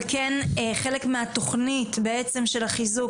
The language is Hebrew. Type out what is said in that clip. אבל חלק מהתכנית של החיזוק,